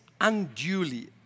unduly